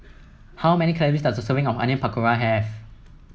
how many calories does a serving of Onion Pakora have